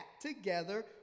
together